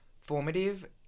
formative